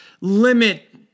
limit